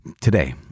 Today